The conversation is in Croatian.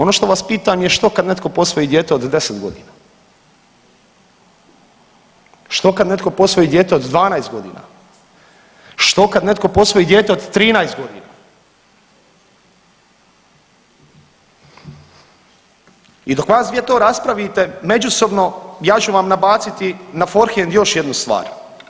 Ono što vas pitam je što kad netko posvoji dijete od 10.g., što kad netko posvoji dijete od 12.g., što kad netko posvoji dijete od 13.g. i dok vas dvije to raspravite međusobno ja ću vam nabaciti na forhend još jednu stvar.